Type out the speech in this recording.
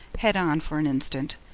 head on for an instant,